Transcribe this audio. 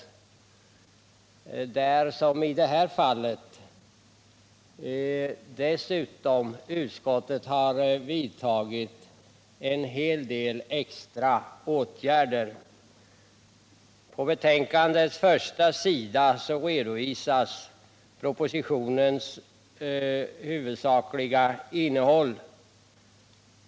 I det här fallet har dessutom utskottet vidtagit en hel del extra åtgärder. På betänkandets första sida redovisas propositionens huvudsakliga in nehåll.